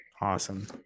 awesome